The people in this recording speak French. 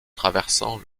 traversant